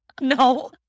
No